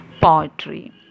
poetry